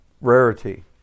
rarity